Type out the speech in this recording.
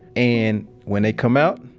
and, when they come out,